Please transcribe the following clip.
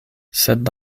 sed